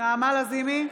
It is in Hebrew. נעמה לזימי,